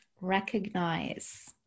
recognize